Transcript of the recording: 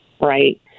right